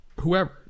whoever